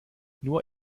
nur